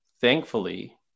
thankfully